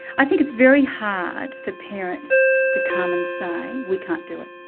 i think it's very hard for parents to come and say, we can't do it.